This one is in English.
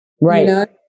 Right